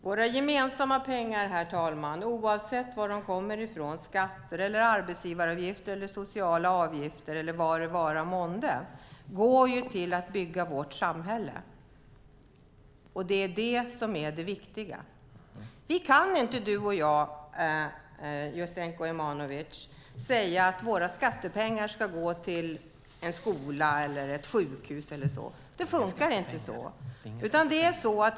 Herr talman! Våra gemensamma pengar, oavsett varifrån de kommer, skatter, arbetsgivaravgifter, sociala avgifter eller vad det vara månde, går till att bygga vårt samhälle. Det är det som är det viktiga. Du och jag, Jasenko Omanovic, kan inte säga att våra skattepengar ska gå till en skola eller ett sjukhus. Det funkar inte så.